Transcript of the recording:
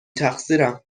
تقصیرم